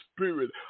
spirit